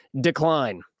decline